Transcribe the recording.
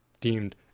deemed